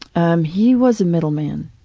um he was a middleman.